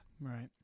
Right